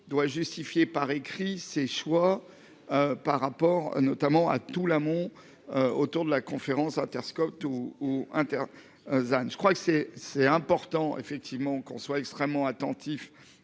doit justifier par écrit ses choix. Par rapport notamment à tout l'amont. Autour de la conférence Interscope tout ou un terrain than je crois que c'est, c'est important effectivement qu'on soit extrêmement attentif